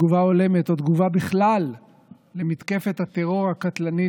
תגובה הולמת או תגובה בכלל על מתקפת הטרור הקטלנית